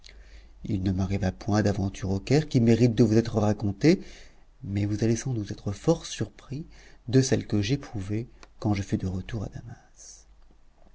il ne m'arriva point d'aventure au caire qui mérite de vous être racontée mais vous allez sans doute être fort surpris de celle que j'éprouvai quand je fus de retour à damas